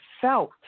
felt